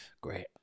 great